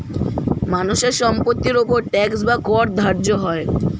মানুষের সম্পত্তির উপর ট্যাক্স বা কর ধার্য হয়